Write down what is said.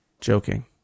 Joking